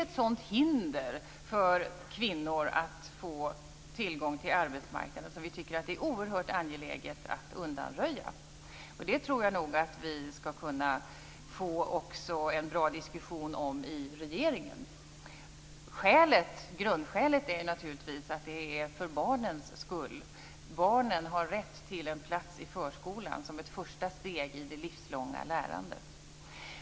Ett sådant hinder för kvinnor att få tillgång till arbetsmarknaden är oerhört angeläget för oss att undanröja. Vi skall nog kunna få en bra diskussion om det i regeringen. Grundskälet är barnen. Barnen har rätt till en plats i förskolan som ett första steg i det livslånga lärandet.